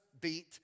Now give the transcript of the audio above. beat